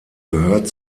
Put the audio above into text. gehört